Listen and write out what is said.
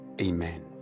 amen